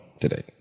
today